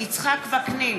יצחק וקנין,